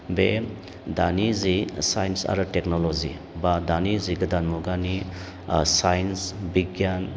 बे दानि जे साइन्स आरो टेक्नलजि बा दानि जि गोदान मुगानि ओ साइन्स बिगियान